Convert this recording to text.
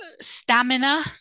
Stamina